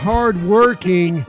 hardworking